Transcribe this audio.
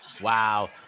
Wow